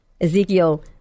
Ezekiel